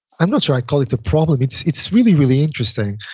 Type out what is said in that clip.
i'm not sure i call it a problem. it's it's really, really interesting.